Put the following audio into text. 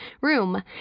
room